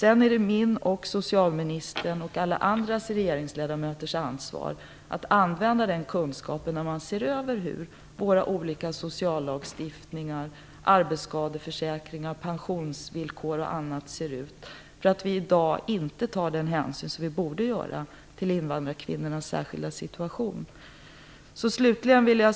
Sedan är det min, socialministerns och alla andra regeringsledamöters ansvar att använda den kunskapen när vi ser över våra olika sociallagstiftningar, jämställdhetsarbetet och pensionsvillkor. Vi tar i dag inte den hänsyn vi borde göra till invandrarkvinnornas särskilda situation.